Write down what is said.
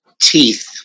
teeth